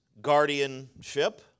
guardianship